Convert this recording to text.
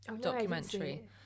documentary